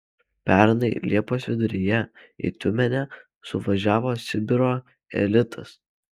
pernai liepos viduryje į tiumenę suvažiavo sibiro elitas